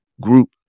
group